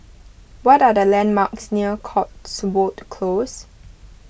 what are the landmarks near Cotswold Close